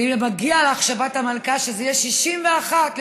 כי מגיע לך שבת המלכה, שזה יהיה 61 לפחות,